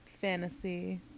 fantasy